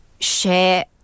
share